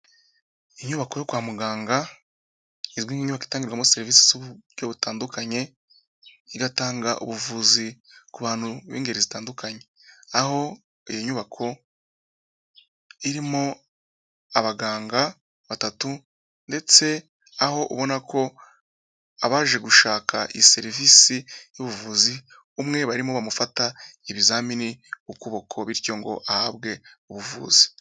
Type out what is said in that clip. Inyubako yo kwa muganga izwi nk'inyubako itangirwamo serivisi z'uburyo butandukanye, igatanga ubuvuzi ku bantu b'ingeri zitandukany. Aho iyo nyubako irimo abaganga batatu ndetse aho ubona ko abaje gushaka iyi serivisi y'ubuvuzi umwe barimo bamufata ibizamini ukuboko bityo ngo ahabwe ubuvuzi.